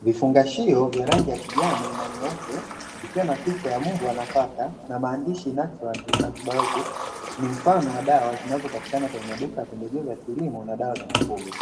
Vifungashio vya rangi ya kijani na nyeupe vikiwa na picha ya mbwa na paka na maandishi atlandi antibayotiki, ni mfano wa dawa zinazopatikana kwenye maduka ya pembejeo za kilimo na dawa za mifugo,